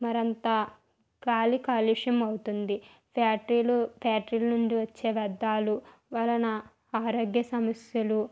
మరంతా గాలి కాలుష్యం అవుతుంది ఫ్యాక్టరీలు ఫ్యాక్టరీల నుండి వచ్చే వ్యర్ధాలు వలన ఆరోగ్య సమస్యలు